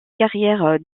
carrière